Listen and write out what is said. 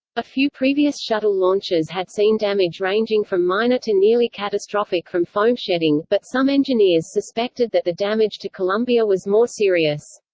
a few previous shuttle launches had seen damage ranging from minor to nearly catastrophic from foam shedding, but some engineers suspected that the damage to columbia was more serious.